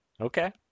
Okay